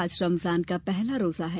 आज रमजान का पहला रोजा है